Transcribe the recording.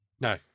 No